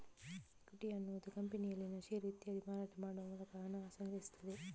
equity ಅನ್ನುದು ಕಂಪನಿಯಲ್ಲಿನ share ಇತ್ಯಾದಿ ಮಾರಾಟ ಮಾಡುವ ಮೂಲಕ ಹಣಾನ ಸಂಗ್ರಹಿಸ್ತದೆ